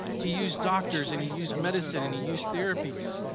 he used doctors and he used medicine and he used therapies.